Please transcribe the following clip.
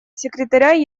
секретаря